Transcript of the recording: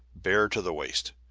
bare to the waist.